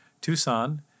Tucson